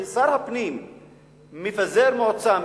ששר הפנים מפזר מועצה,